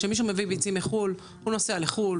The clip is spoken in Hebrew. כשמישהו מביא ביצים מחו"ל הוא נוסע לחו"ל,